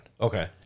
Okay